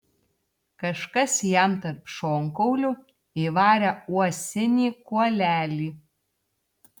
kažkas jam tarp šonkaulių įvarė uosinį kuolelį